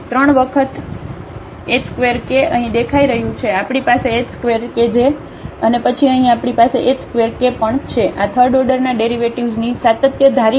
તેથી 3 વખત h ² k અહીં દેખાઈ રહ્યું છે આપણી પાસે h ² કે છે અને પછી અહીં આપણી પાસે h ² કે પણ છે અને આ થર્ડ ઓર્ડરના ડેરિવેટિવ્ઝની સાતત્ય ધારીને